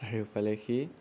চাৰিওফালে সি